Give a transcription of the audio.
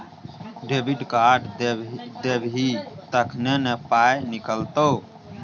debit card देबही तखने न पाइ निकलतौ